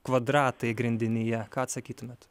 kvadratai grindinyje ką atsakytumėt